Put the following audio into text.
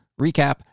recap